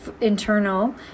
internal